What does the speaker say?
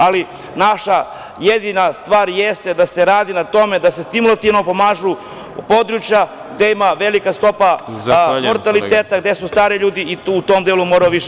Ali, naša jedina stvar jeste da se radi na tome da se stimulativno pomažu područja gde ima velika stopa mortaliteta, gde su stari ljudi i u tom delu moramo više…